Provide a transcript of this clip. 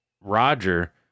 Roger